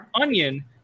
onion